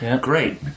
Great